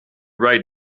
right